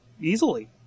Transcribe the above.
easily